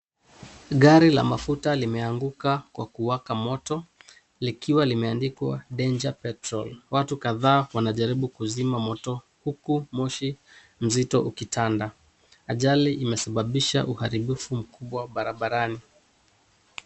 Gari la mafuta limeanguka kwa kuwaka moto likiwa limeandikwa danger petrol . Watu kadhaa wanajaribu kuzima moto huku moshi mzito ukitanda. Ajali imesabababisha uharibifu mkubwa barabarani.